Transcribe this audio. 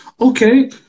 Okay